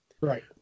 Right